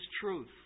truth